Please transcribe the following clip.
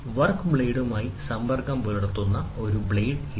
work ബ്ലെഡ്മായി സമ്പർക്കം പുലർത്തുന്ന ഒരു ബ്ലേഡ് ഇതാ